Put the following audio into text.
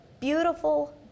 beautiful